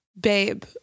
Babe